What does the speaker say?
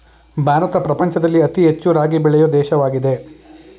ಭಾರತ ಪ್ರಪಂಚದಲ್ಲಿ ಅತಿ ಹೆಚ್ಚು ರಾಗಿ ಬೆಳೆಯೊ ದೇಶವಾಗಿದೆ